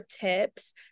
tips